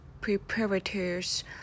preparators